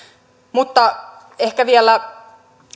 mutta ehkä vielä